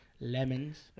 Lemons